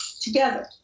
together